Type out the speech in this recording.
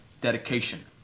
dedication